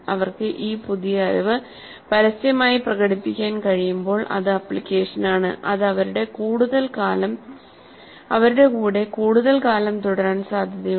അവർക്ക് ഈ പുതിയ അറിവ് പരസ്യമായി പ്രകടിപ്പിക്കാൻ കഴിയുമ്പോൾ അത് ആപ്ലിക്കേഷനാണ് അത് അവരുടെ കൂടെ കൂടുതൽ കാലം തുടരാൻ സാധ്യതയുണ്ട്